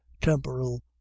temporal